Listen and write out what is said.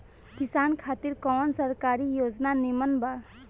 किसान खातिर कवन सरकारी योजना नीमन बा?